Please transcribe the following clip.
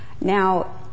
Now